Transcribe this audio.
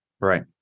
Right